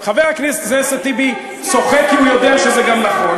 חבר הכנסת טיבי צוחק כי הוא יודע שזה גם נכון.